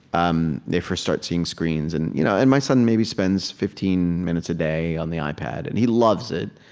um they first start seeing screens. and you know and my son maybe spends fifteen minutes a day on the ipad, and he loves it,